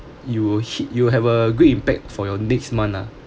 you will hit you will have a great impact for your next month ah